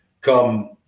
Come